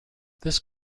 this